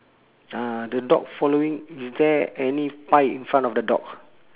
uh the dog following is there any pie in front of the dog